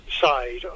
side